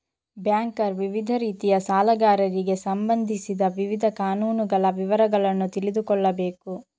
banker ವಿವಿಧ ರೀತಿಯ ಸಾಲಗಾರರಿಗೆ ಸಂಬಂಧಿಸಿದ ವಿವಿಧ ಕಾನೂನುಗಳ ವಿವರಗಳನ್ನು ತಿಳಿದುಕೊಳ್ಳಬೇಕು